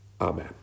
amen